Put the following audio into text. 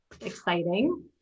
exciting